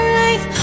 life